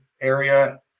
area